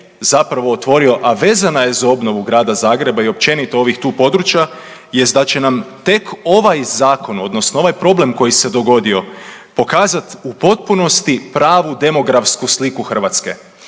zapravo otvorio a vezana je za obnovu grada Zagreba i općenito ovih tu područja, jest da će nam tek ovaj zakon, odnosno ovaj problem koji se dogodio pokazati u potpunosti pravu demografsku sliku Hrvatske.